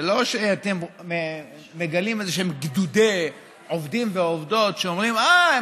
זה לא שאתם מגלים גדודי עובדים ועובדות שאומרים: אה,